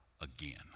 again